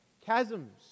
Chasms